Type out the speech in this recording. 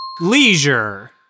Leisure